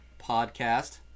podcast